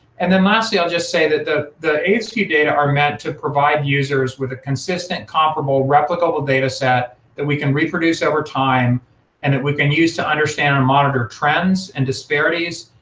and then lastly i'll just say that the the aidsvu data are meant to provide users with a consistent comparable replicable data set that we can reproduce over time and we can use to understand and monitor trends and disparities.